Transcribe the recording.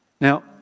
now